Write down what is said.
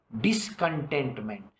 discontentment